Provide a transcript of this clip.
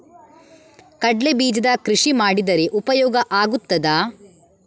ಕಡ್ಲೆ ಬೀಜದ ಕೃಷಿ ಮಾಡಿದರೆ ಉಪಯೋಗ ಆಗುತ್ತದಾ?